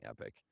epic